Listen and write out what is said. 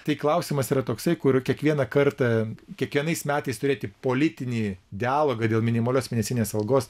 tai klausimas yra toksai kur kiekvieną kartą kiekvienais metais turėti politinį dialogą dėl minimalios mėnesinės algos